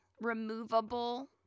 removable